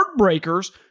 heartbreakers